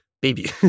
Baby